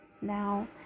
now